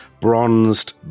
bronzed